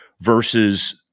versus